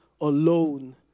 alone